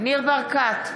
ניר ברקת,